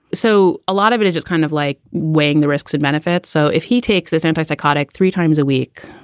so a lot of it is just kind of like weighing the risks and benefits. so if he takes this anti-psychotic three times a week.